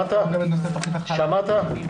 שמעת?